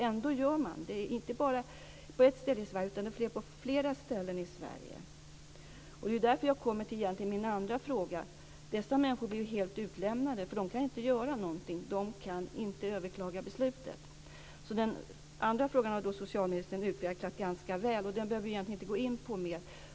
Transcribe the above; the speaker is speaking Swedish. Ändå gör man det, inte bara på ett ställe i Sverige, utan det sker på flera ställen. Det är där jag kommer till min andra fråga. Dessa människor är utlämnade, de kan inte göra någonting och de kan inte överklaga beslutet. Svaret på den andra frågan har socialministern utvecklat väl. Den behöver jag inte gå in på mer.